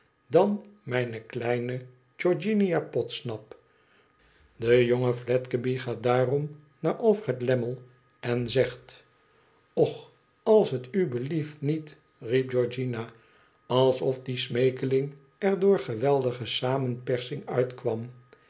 in mijne kleine georgianapodsnap de jonge fledgeby gaat daarop naar alfred lammie en zegt och als t u blief niet riep georgiana alsof die smeeking er door geweldige samenpersmg uitkwam